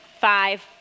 five